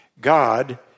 God